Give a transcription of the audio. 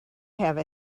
have